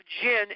gin